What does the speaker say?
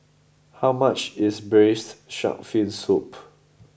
how much is Braised Shark Fin Soup